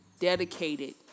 dedicated